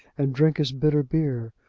and drink his bitter beer,